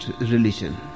religion